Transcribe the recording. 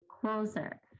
closer